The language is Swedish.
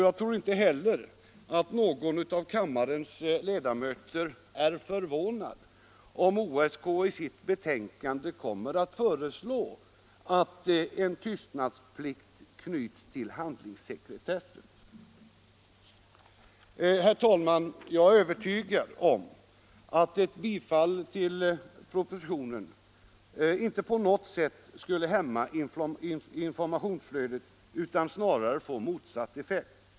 Jag tror inte heller att någon av kammarens ledamöter blir förvånad om OSK i sitt betänkande kommer att föreslå att en tystnadsplikt knyts till handlingssekretessen. Herr talman! Jag är övertygad om att ett bifall till propositionen inte på något sätt skulle hämma informationsflödet utan snarare få motsatt effekt.